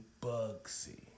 Bugsy